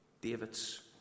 David's